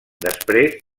després